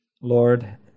Lord